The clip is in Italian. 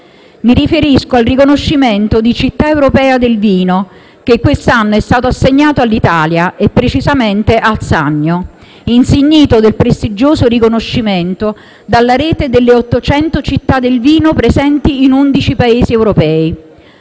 Mi riferisco al riconoscimento di «città europea del vino», che quest'anno è stato assegnato all'Italia e - precisamente - al Sannio, insignito del prestigioso riconoscimento dalla rete delle 800 città del vino presenti in 11 Paesi europei.